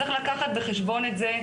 צריך לקחת בחשבון את זה,